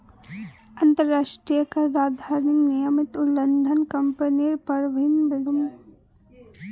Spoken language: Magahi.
अंतरराष्ट्रीय कराधानेर नियमेर उल्लंघन कंपनीक भररी पोरवा सकछेक